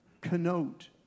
connote